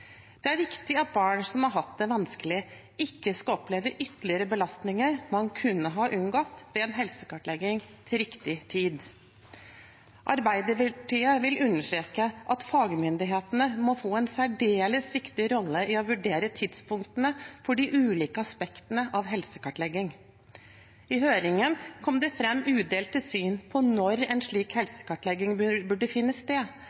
Det er viktig at barn som har hatt det vanskelig, ikke skal oppleve ytterligere belastninger man kunne ha unngått ved en helsekartlegging til riktig tid. Arbeiderpartiet vil understreke at fagmyndighetene må få en særdeles viktig rolle i å vurdere tidspunktene for de ulike aspektene av helsekartlegging. I høringen kom det fram ulike syn på når en slik helsekartlegging burde finne sted,